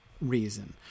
reason